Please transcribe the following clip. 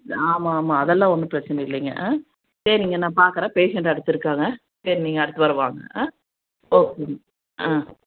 ஆமாம் ஆமாம் அதெல்லாம் ஒன்றும் பிரச்சினை இல்லைங்க ஆ சரிங்க நான் பார்க்கறேன் பேஷண்ட் அடுத்து இருக்காங்க சரி நீங்கள் அடுத்த வாரம் வாங்க ஆ ஓ ம் ஆ